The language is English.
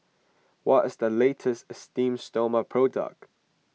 what is the latest Esteem Stoma product